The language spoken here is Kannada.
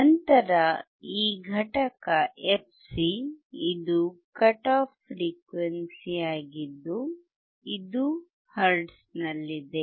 ನಂತರ ಈ ಘಟಕ fc ಇದು ಕಟ್ ಆಫ್ ಫ್ರೀಕ್ವೆನ್ಸಿಯಾಗಿದ್ದು ಇದು ಹರ್ಟ್ಜ್ ನಲ್ಲಿದೆ